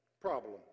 problem